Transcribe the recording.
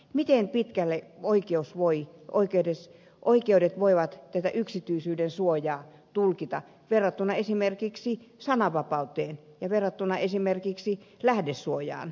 miten pitkälle oikeudet voivat tätä yksityisyyden suojaa tulkita verrattuna esimerkiksi sananvapauteen ja verrattuna esimerkiksi lähdesuojaan